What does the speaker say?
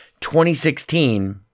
2016